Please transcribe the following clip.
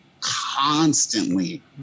constantly